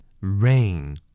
rain